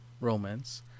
romance